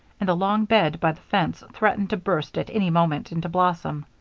and the long bed by the fence threatened to burst at any moment into blossom.